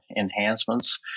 enhancements